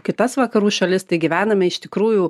kitas vakarų šalis tai gyvename iš tikrųjų